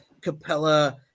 Capella